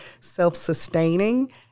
self-sustaining